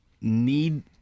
need